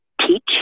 teach